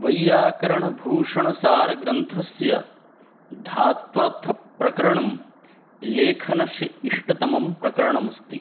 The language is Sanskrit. वैयाकरणभूषणसारग्रन्थस्य धात्वर्थप्रकरणं लेखनस्य इष्टतमं प्रकरणमस्ति